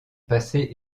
passé